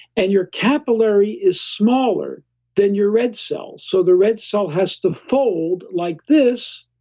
and your capillary is smaller than your red cells. so, the red cell has to fold like this,